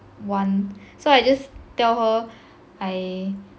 want so I just tell her I